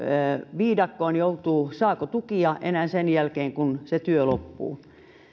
viidakkoon joutuu saako tukia enää sen jälkeen kun se työ loppuu